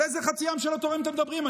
על איזה חצי עם שלא תורם אתם מדברים?